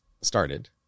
Started